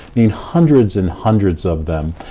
mean, hundreds and hundreds of them.